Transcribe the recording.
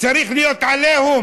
צריך להיות עליהום,